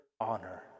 honor